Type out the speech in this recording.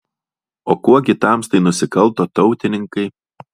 o kuom gi tamstai nusikalto tautininkai